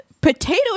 potato